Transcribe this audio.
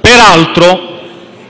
Peraltro,